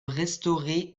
restaurés